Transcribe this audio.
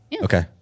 Okay